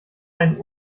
ein